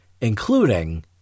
including